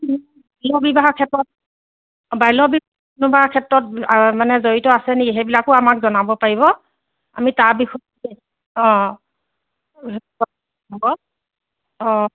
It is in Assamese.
বিবাহৰ ক্ষেত্ৰত বাল্যবিবাহৰ ক্ষেত্ৰত মানে জড়িত আছে নেকি সেইবিলাকো আমাক জনাব পাৰিব আমি তাৰ বিষয় অঁ হ'ব অঁ